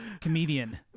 Comedian